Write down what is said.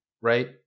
right